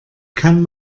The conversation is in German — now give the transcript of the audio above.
kann